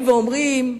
אומרים,